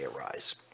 arise